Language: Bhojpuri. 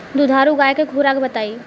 दुधारू गाय के खुराक बताई?